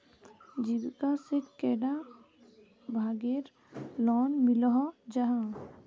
जीविका से कैडा भागेर लोन मिलोहो जाहा?